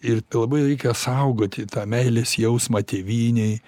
ir labai reikia saugoti tą meilės jausmą tėvynei